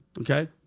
Okay